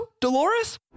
Dolores